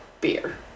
Beer